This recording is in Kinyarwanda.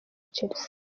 chelsea